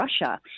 Russia